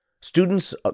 students